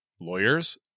lawyers